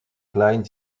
klein